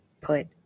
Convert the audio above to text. put